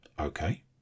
okay